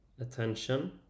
attention